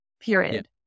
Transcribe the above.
period